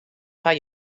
foar